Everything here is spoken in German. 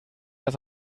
das